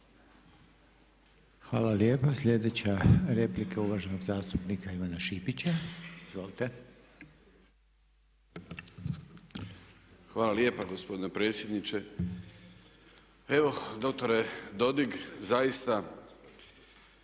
Hvala lijepa. Sljedeća replika je uvaženog zastupnika Ivana Šipića. Izvolite. **Šipić, Ivan (HDZ)** Hvala lijepa gospodine predsjedniče. Evo doktore Dodig zaista